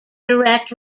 direct